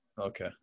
Okay